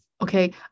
Okay